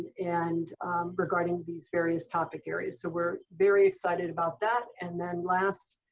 and regarding these various topic areas. so we're very excited about that. and then last,